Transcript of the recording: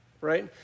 Right